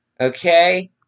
Okay